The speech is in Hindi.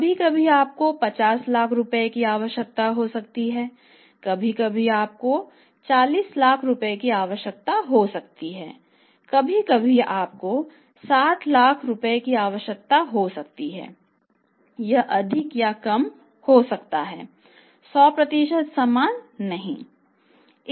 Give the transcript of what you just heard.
कभी कभी आपको 50 लाख रुपये की आवश्यकता हो सकती है कभी कभी आपको 40 लाख रुपये की आवश्यकता होती है कभी कभी आपको 60 लाख रुपये की आवश्यकता होती है यह अधिक या कम हो सकता है 100 समान नहीं